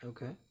Okay